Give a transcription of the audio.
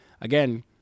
Again